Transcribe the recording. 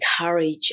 encourage